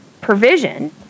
provision